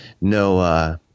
no